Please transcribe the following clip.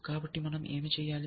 కాబట్టి మనం ఏమి చేయాలి